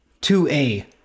2A